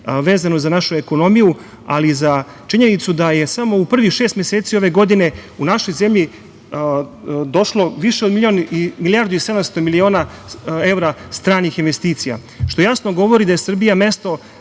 vezano za našu ekonomiju, ali i za činjenicu da je samo u prvih šest meseci ove godine u našu zemlju došlo više od milijardu i sedamsto miliona evra stranih investicija, što jasno govori da je Srbija mesto